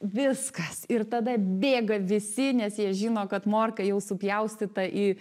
viskas ir tada bėga visi nes jie žino kad morka jau supjaustyta į